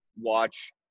watch